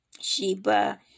Sheba